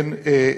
כן,